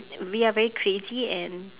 we are very crazy and